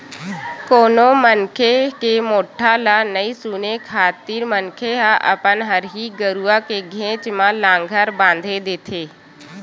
कोनो मनखे के मोठ्ठा ल नइ सुने खातिर मनखे ह अपन हरही गरुवा के घेंच म लांहगर बांधे देथे